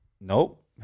Nope